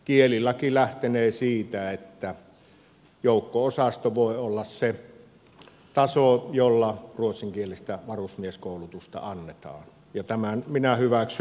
kielilaki lähtenee siitä että joukko osasto voi olla se taso jolla ruotsinkielistä varusmieskoulutusta annetaan ja tämän minä hyväksyn täysin